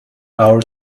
hour